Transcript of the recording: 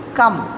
come